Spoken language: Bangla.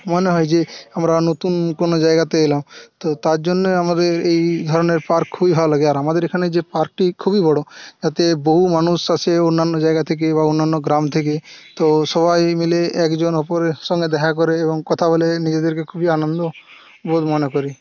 মনে হয় যে আমরা নতুন কোনো জায়গাতে এলাম তো তার জন্যই আমাদের এই ধরণের পার্ক খুবই ভালো লাগে আর আমাদের এখানে যে পার্কটি খুবই বড়ো এতে বহু মানুষ আসে অন্যান্য জায়গা থেকে বা অন্যান্য গ্রাম থেকে তো সবাই মিলে একজন অপরের সঙ্গে দেখা করে এবং কথা বলে নিজেদেরকে খুবই আনন্দ বোধ মনে করি